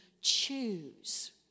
Choose